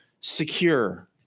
secure